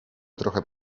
trochę